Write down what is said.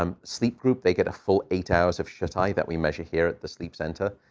um sleep group, they get a full eight hours of shut-eye that we measure here at the sleep center.